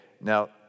now